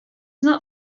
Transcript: not